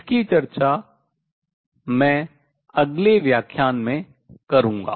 इसकी चर्चा मैं अगले व्याख्यान में करूंगा